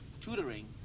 tutoring